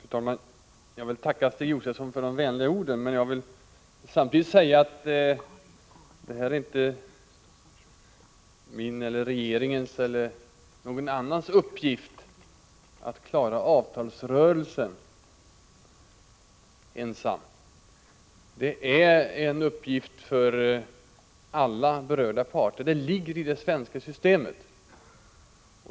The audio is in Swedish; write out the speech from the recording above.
Fru talman! Jag vill tacka Stig Josefson för de vänliga orden, men samtidigt säga att det inte är min, regeringens eller någon annans uppgift att ensam klara avtalsrörelsen. Det är en uppgift för alla berörda parter — det ligger i det svenska systemet.